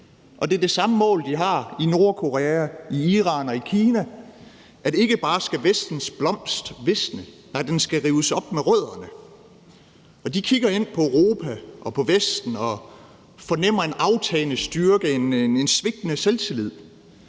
det er det samme mål, de har i Nordkorea, i Iran og i Kina. Vestens blomst skal ikke bare visne, nej, den skal rives op med rødder. De kigger ind på Europa og på Vesten og fornemmer en aftagende styrke og en svigtende selvtillid.